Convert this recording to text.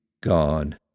God